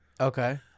Okay